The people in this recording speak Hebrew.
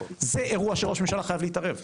זה אירוע שראש הממשלה חייב להתערב,